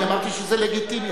אני אמרתי שזה לגיטימי.